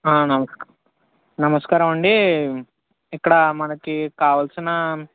నమస్కారం నమస్కారం అండి ఇక్కడ మనకు కావాల్సిన